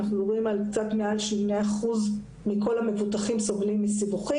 אנחנו מדברים על קצת מעל שני אחוז מכל המנותחים שסובלים מסיבוכים.